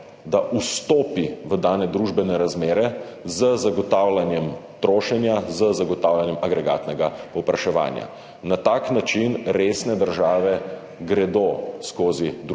da vstopi v dane družbene razmere z zagotavljanjem trošenja, z zagotavljanjem agregatnega povpraševanja. Na tak način gredo resne države skozi družbene